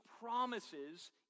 promises